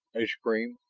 a scream.